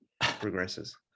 progresses